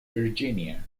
virginia